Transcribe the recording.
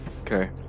Okay